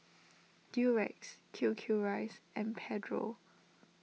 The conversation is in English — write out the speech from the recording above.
Durex Q Q Rice and Pedro